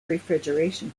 refrigeration